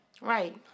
Right